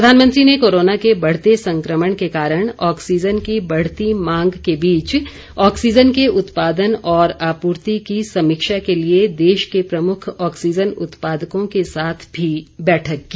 प्रधानमंत्री ने कोरोना के बढ़ते संक्रमण के कारण ऑक्सीजन की बढ़ती मांग के बीच ऑक्सीजन के उत्पादन और आपूर्ति की समीक्षा के लिए देश के प्रमुख ऑक्सीजन उत्पादकों के साथ भी बैठक की